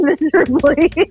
miserably